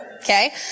Okay